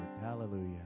Hallelujah